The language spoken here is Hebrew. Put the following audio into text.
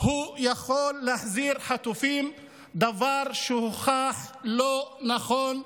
הוא יכול להחזיר חטופים, דבר שהוכח שלא נכון.